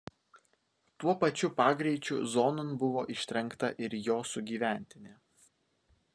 tuo pačiu pagreičiu zonon buvo ištrenkta ir jo sugyventinė